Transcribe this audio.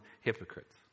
hypocrites